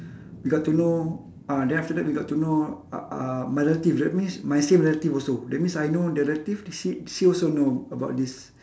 we got to know ah then after that we got to know uh uh my relative that means my same relative also that means I know the relative sh~ she also know about this